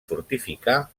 fortificar